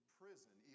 prison